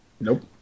Nope